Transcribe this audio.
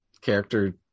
Character